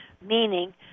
meaning